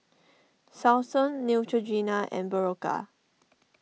Selsun Neutrogena and Berocca